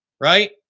right